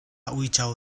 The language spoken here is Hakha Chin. uico